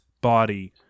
body